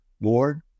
Lord